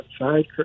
outside